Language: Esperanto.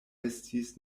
estis